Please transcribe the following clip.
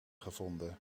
gevonden